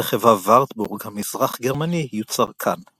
רכב הווארטבורג המזרח גרמני יוצר כאן.